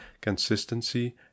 consistency